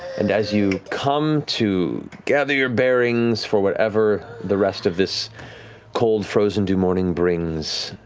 and as you come to gather your bearings for whatever the rest of this cold, frozen dew morning brings,